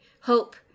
hope